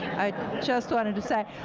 i just wanted to say.